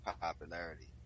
popularity